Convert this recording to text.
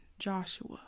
Joshua